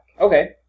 Okay